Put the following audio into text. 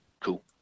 Cool